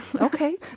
okay